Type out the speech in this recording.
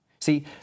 See